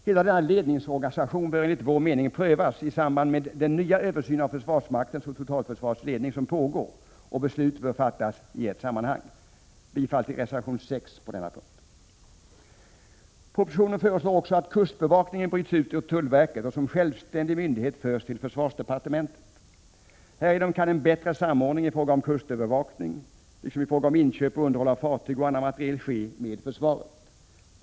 Hela denna ledningsorganisation bör enligt vår mening prövas i samband med den nya översyn av försvarsmaktens och totalförsvarets ledning som pågår, och beslut bör fattas i ett sammanhang. Jag yrkar bifall till reservation 6 på denna punkt. Propositionen föreslår också att kustbevakningen bryts ut ur tullverket och förs till försvarsdepartementet som en självständig myndighet. Härigenom kan en bättre samordning i fråga om kustövervakning, liksom i fråga om inköp och underhåll av fartyg och annan materiel, ske med försvaret.